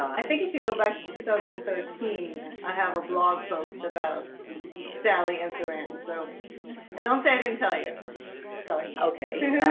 i think if you go back to two thousand and thirteen, i have a blog post about sally in saran, so don't say i didn't tell you sorry, okay